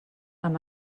amb